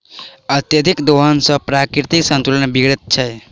अत्यधिक दोहन सॅ प्राकृतिक संतुलन बिगड़ैत छै